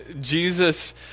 Jesus